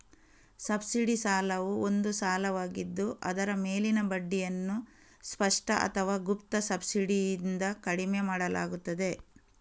subsidy ಸಾಲವು ಒಂದು ಸಾಲವಾಗಿದ್ದು ಅದರ ಮೇಲಿನ ಬಡ್ಡಿಯನ್ನು ಸ್ಪಷ್ಟ ಅಥವಾ ಗುಪ್ತ ಸಬ್ಸಿಡಿಯಿಂದ ಕಡಿಮೆ ಮಾಡಲಾಗುತ್ತದೆ